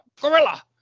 gorilla